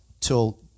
till